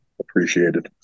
appreciated